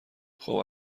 خوب